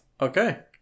Okay